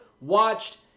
watched